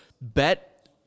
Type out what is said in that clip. bet